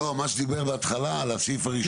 על מה שדיבר בהתחלה על הסעיף הראשון?